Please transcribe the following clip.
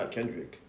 Kendrick